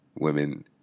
women